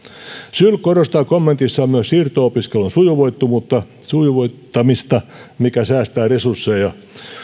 syl korostaa kommentissaan myös siirto opiskelun sujuvoittamista mikä säästää resursseja